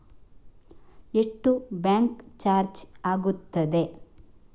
ಎಷ್ಟು bank charge ಆಗುತ್ತದೆ?